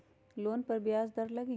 Loan पर ब्याज दर लगी?